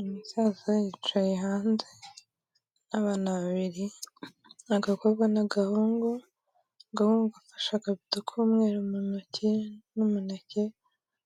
Umusaza yicaye hanze n'abana babiri, agakobwa n'agahungu, agahungu gafashe akabido k'umweru mu ntoki n'umuneke,